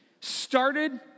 started